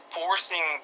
forcing